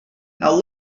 now